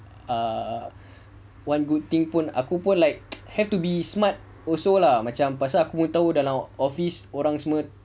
uh one good thing pun aku pun like have to be smart also lah macam aku pun tahu office orang semua